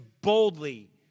boldly